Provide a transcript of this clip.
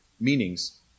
meanings